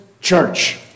church